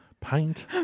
Paint